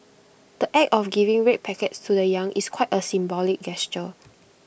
the act of giving red packets to the young is quite A symbolic gesture